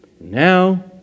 Now